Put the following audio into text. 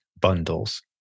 bundles